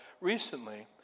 recently